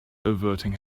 averting